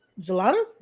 Gelato